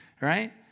right